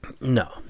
No